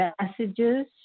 messages